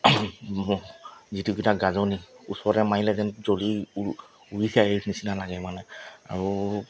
যিকেইটা গাজনি ওচৰতে মাৰিলে যেন জ্বলি উৰি খাই নিচিনা লাগে মানে আৰু